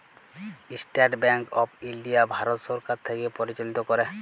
State Bank of India Bharat সরকার থ্যাকে পরিচালিত ক্যরে